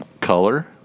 Color